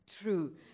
true